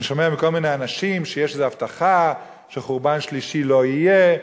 אני שומע מכל מיני אנשים שיש איזו הבטחה שחורבן שלישי לא יהיה,